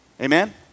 Amen